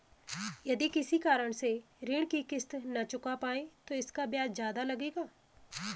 यदि किसी कारण से ऋण की किश्त न चुका पाये तो इसका ब्याज ज़्यादा लगेगा?